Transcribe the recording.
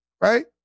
right